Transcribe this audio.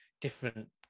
different